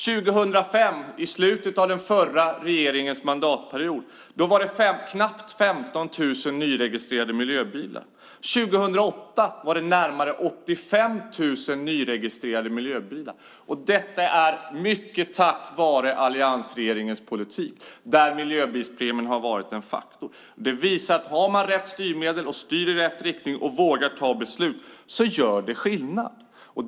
År 2005, i slutet av den förra regeringens mandatperiod, var det knappt 15 000 nyregistrerade miljöbilar. År 2008 var det närmare 85 000 nyregistrerade miljöbilar, mycket tack vare alliansregeringens politik där miljöbilspremien har varit en faktor. Det visar att har man rätt styrmedel, styr i rätt riktning och vågar ta beslut så gör det skillnad.